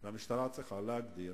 והמשטרה צריכה להגדיר